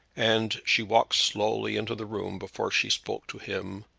and she walked slowly into the room before she spoke to him,